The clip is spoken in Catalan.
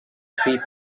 fill